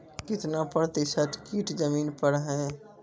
कितना प्रतिसत कीट जमीन पर हैं?